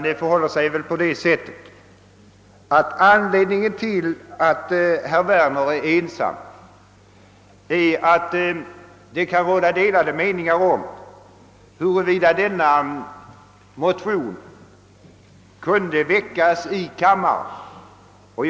Det förhållandet att herr Werner är ensam reservant grundar sig väl på att det kan råda delade meningar om huruvida dessa likalydande motioner kunde väckas i riksdagen.